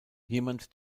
jemand